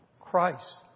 Christ